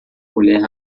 mulher